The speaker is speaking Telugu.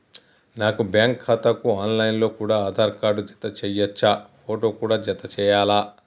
నా బ్యాంకు ఖాతాకు ఆన్ లైన్ లో కూడా ఆధార్ కార్డు జత చేయవచ్చా ఫోటో కూడా జత చేయాలా?